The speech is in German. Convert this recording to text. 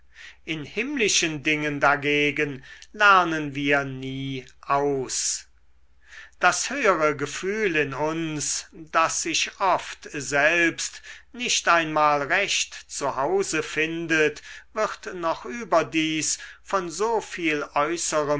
in himmlischen dingen dagegen lernen wir nie aus das höhere gefühl in uns das sich oft selbst nicht einmal recht zu hause findet wird noch überdies von so viel